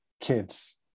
kids